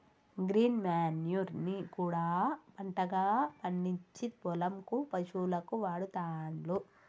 green manure ని కూడా పంటగా పండిచ్చి పొలం కు పశువులకు వాడుతాండ్లు